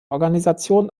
organisation